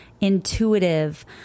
intuitive